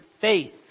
faith